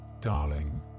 darling